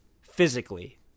physically